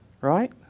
Right